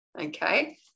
Okay